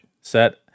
set